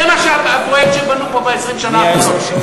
זה הפרויקט שבנו פה ב-20 השנה האחרונות.